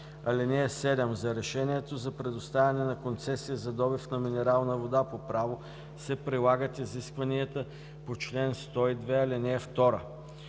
„(7) За решението за предоставяне на концесия за добив на минерална вода по право се прилагат изискванията по чл. 102, ал. 2.